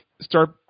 start